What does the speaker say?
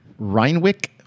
Reinwick